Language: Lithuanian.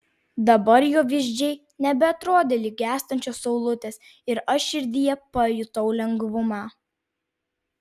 dabar jo vyzdžiai nebeatrodė lyg gęstančios saulutės ir aš širdyje pajutau lengvumą